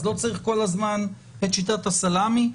אז לא צריך כל הזמן את שיטת הסלאמי.